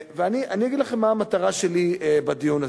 אני אגיד לכם מה המטרה שלי בדיון הזה.